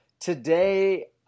Today